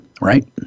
right